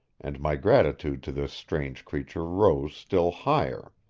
and my gratitude to this strange creature rose still higher.